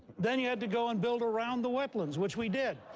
then you had to go and build around the wetlands, which we did.